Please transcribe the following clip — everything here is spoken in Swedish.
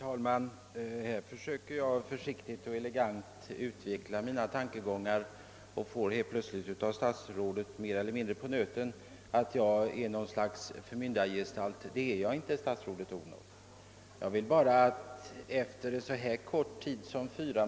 Herr talman! När jag försiktigt försöker utveckla mina tankegångar får jag helt plötsligt mer eller mindre »på nöten» av statsrådet och framställs som något slags förmyndargestalt. Det är jag inte, statsrådet Odhnoff.